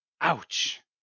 ouch